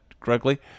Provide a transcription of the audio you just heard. correctly